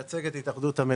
אני מייצג את התאחדות המלונות,